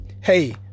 Hey